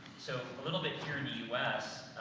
so a little bit here in the us,